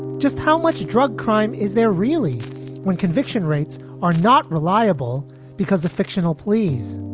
just how much drug crime is there really when conviction rates are not reliable because a fictional. please.